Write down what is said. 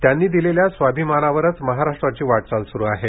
त्यांनी दिलेल्या स्वाभिमानावरच महाराष्ट्राची वाटचाल स्रु आहे